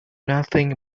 nothing